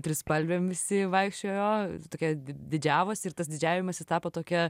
trispalvėm visi vaikščiojo tokia didžiavosi ir tas didžiavimasis tapo tokia